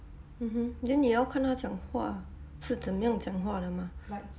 mmhmm then 你要看他讲话是怎样讲话的嘛